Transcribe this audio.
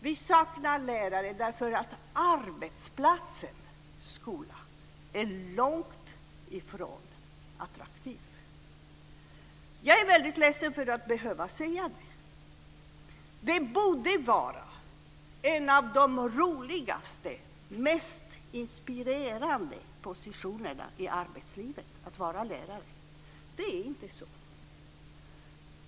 Vi saknar lärare därför att arbetsplatsen skolan är långt ifrån attraktiv. Jag är väldigt ledsen för att behöva säga det. Det borde vara en av de roligaste, mest inspirerande positionerna i arbetslivet att vara lärare. Det är inte så.